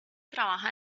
trabaja